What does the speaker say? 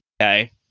Okay